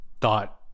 thought